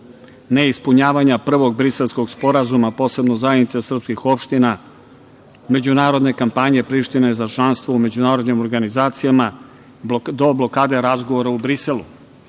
neispunjavanja prvog Briselskog sporazuma, posebno zajednice srpskih opština, međunarodne kampanje Prištine u članstvo u međunarodnim organizacijama, do blokade razgovora u Briselu. Priština